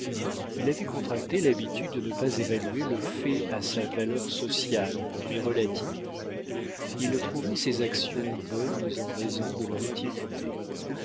il avait contracté l'habitude de ne pas évaluer le fait à sa valeur sociale mais relative il trouvait ses actions bonnes en raison de leur utilité